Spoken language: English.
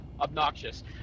obnoxious